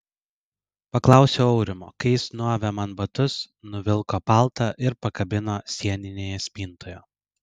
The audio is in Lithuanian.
paklausiau aurimo kai jis nuavė man batus nuvilko paltą ir pakabino sieninėje spintoje